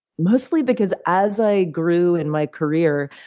mostly because, as i grew in my career,